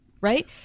Right